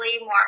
more